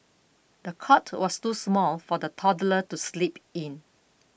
the cot was too small for the toddler to sleep in